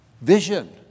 Vision